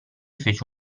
fece